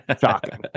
Shocking